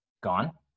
gone